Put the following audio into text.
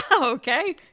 Okay